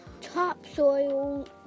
topsoil